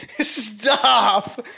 stop